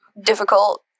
difficult